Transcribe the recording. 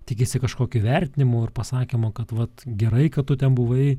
tikisi kažkokio įvertinimo ir pasakymo kad vat gerai kad tu ten buvai